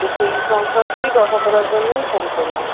তো সেই সংক্রান্তই কথা বলার জন্যই ফোন করলাম